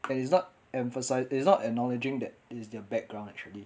and it's not emphasise its not acknowledging that is their background actually